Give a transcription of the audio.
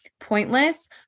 pointless